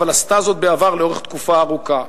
אבל עשתה זאת בעבר במשך תקופה ארוכה.